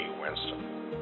Winston